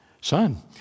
Son